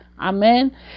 Amen